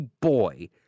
boy